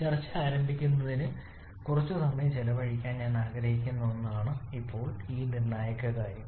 ചർച്ച ആരംഭിക്കുന്നതിന് ഇന്ന് കുറച്ചുകൂടി സമയം ചെലവഴിക്കാൻ ഞാൻ ആഗ്രഹിക്കുന്ന ഒന്നാണ് ഇപ്പോൾ നിർണായക കാര്യം